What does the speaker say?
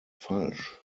falsch